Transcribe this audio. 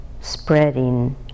spreading